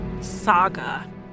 saga